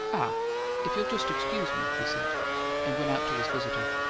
ah if you'll just excuse me, he said and went out to his visitor.